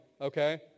okay